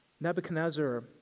Nebuchadnezzar